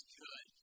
good